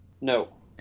No